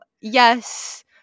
yes